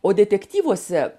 o detektyvuose